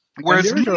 Whereas